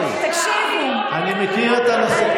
חבר הכנסת קרעי, אני מכיר את הנושא.